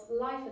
life